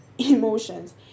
emotions